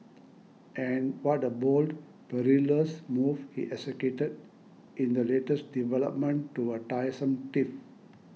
and what a bold perilous move he executed in the latest development to a tiresome tiff